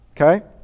okay